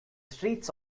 streets